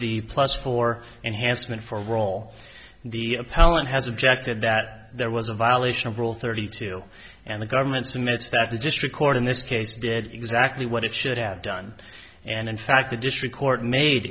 the plus four enhancement for roll the appellant has objected that there was a violation of rule thirty two and the government two minutes past the district court in this case did exactly what it should have done and in fact the district court made